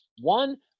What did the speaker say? One